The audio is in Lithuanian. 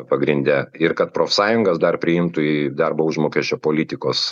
pagrinde ir kad profsąjungas dar priimtų į darbo užmokesčio politikos